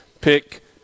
Pick